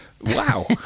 wow